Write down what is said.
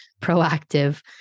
proactive